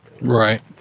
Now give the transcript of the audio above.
right